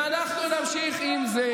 ואנחנו נמשיך עם זה,